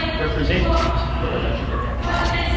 representatives were elected in their place.